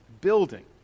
building